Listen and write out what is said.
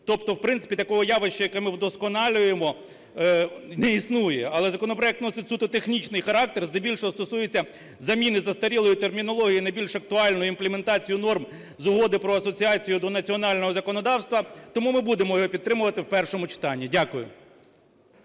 Тобто в принципі такого явища, яке ми вдосконалюємо не існує, але законопроект носить суто технічний характер, здебільшого стосується заміни застарілої термінології на більш актуальної імплементації норм з Угоди про асоціацію до національного законодавства. Тому ми будемо його підтримувати в першому читанні. Дякую.